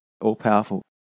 all-powerful